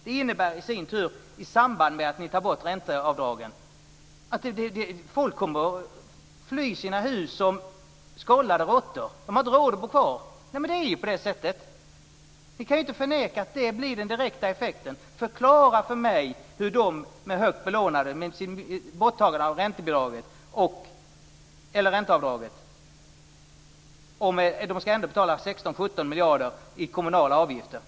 Det innebär i sin tur, i samband med att ni tar bort ränteavdragen, att folk kommer att fly sina hus som skållade råttor. De har inte råd att bo kvar. Det är på sättet, det kan inte förnekas. Det blir den direkta effekten. De med högt belånade fastigheter måste, även med borttagande av ränteavdraget, ändå betala 16-17 miljarder i kommunala avgifter.